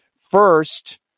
First